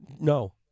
No